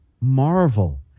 marvel